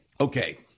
okay